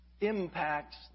impacts